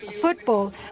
football